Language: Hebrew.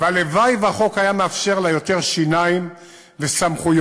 והלוואי שהחוק היה מאפשר לה יותר שיניים וסמכויות.